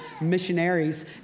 missionaries